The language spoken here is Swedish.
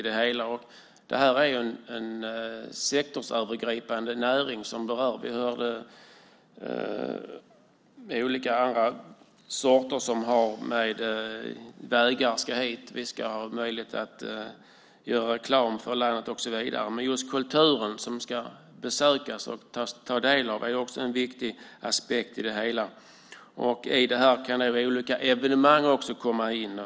Detta är en sektorsövergripande näring som berör sådant som vägar och att vi ska ha möjlighet att göra reklam för landet. Kulturen som ska besökas är också en viktig aspekt. Olika evenemang kan också komma in här.